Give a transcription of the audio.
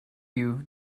you